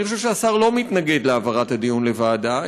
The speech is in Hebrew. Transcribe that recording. אני חושב שהשר לא מתנגד להעברת הדיון לוועדה,